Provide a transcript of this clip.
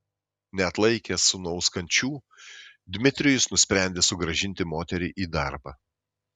neatlaikęs sūnaus kančių dmitrijus nusprendė sugrąžinti moterį į darbą